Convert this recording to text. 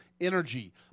energy